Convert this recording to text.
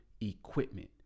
equipment